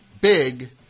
big